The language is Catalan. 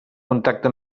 contacte